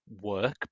work